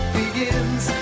begins